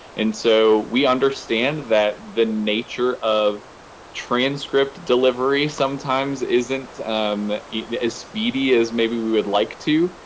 and so we understand that the nature of transcript delivery sometimes isn't as speedy as maybe we would like to.